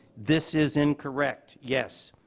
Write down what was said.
this is incorrect, yes.